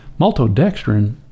Maltodextrin